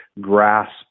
grasp